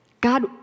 God